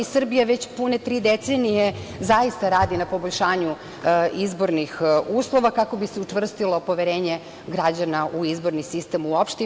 Srbija već pune tri decenije zaista radi na poboljšanju izbornih uslova kako bi se učvrstilo poverenje građana u izborni sistem u opšte.